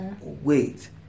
wait